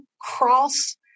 cross